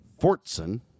Fortson